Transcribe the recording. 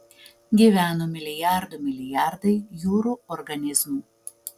gyveno milijardų milijardai jūrų organizmų